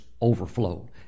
overflow